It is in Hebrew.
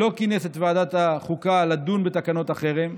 לא כינס את ועדת החוקה לדון בתקנות החרם.